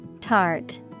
Tart